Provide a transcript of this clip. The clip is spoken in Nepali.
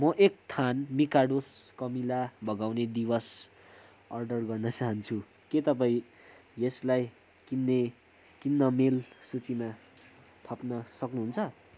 म एक थान मिकाडोस् कमिला भगाउने दिवस अर्डर गर्न चाहन्छु के तपाईँ यसलाई किन्ने किनमेल सूचीमा थप्न सक्नुहुन्छ